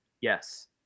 yes